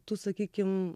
tų sakykim